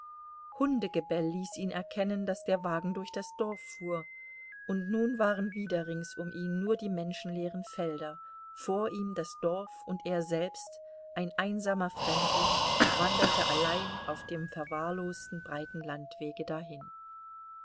hundegebell ließ ihn erkennen daß der wagen durch das dorf fuhr und nun waren wieder rings um ihn nur die menschenleeren felder vor ihm das dorf und er selbst ein einsamer fremdling wanderte allein auf dem verwahrlosten breiten landwege dahin